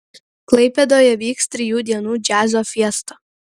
klaipėdoje vyks trijų dienų džiazo fiesta